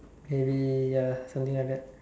maybe ya something like that